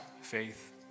faith